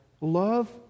love